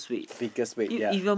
biggest wait ya